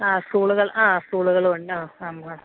ആ സ്കൂളുകൾ ആ സ്കൂളുകളുണ്ട് ആ ഹാ